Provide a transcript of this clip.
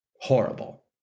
horrible